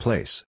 Place